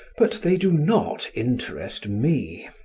but they do not interest me.